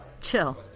Chill